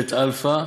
בית-אלפא,